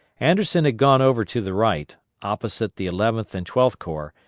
anderson had gone over to the right, opposite the eleventh and twelfth corps,